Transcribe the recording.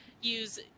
use